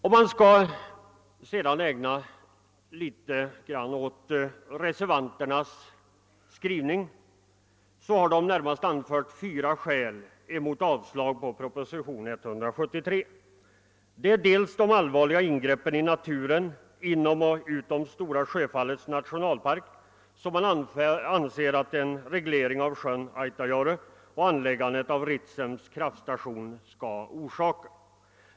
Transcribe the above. Om jag sedan ägnar mig litet åt reservanternas skrivning så har man i reservationen närmast anfört fyra skäl Det första är de allvarliga ingreppen i naturen inom och utom Stora Sjöfallets nationalpark, som man anser att en reglering av sjön Autajaure och anläggandet av Ritsems kraftstation skulte förorsaka.